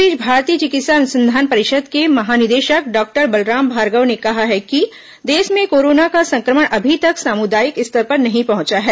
इस बीच भारतीय चिकित्सा अनुसंधान परिषद के महानिदेशक डॉक्टर बलराम भार्गव ने कहा है कि देश में कोरोना का संक्रमण अभी तक सामुदायिक स्तर पर नहीं पहुंचा है